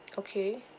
okay